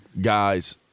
guys